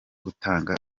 gutanga